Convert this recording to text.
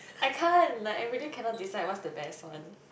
I can't like I really cannot decide what's the best one